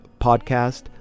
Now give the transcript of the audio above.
podcast